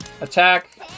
attack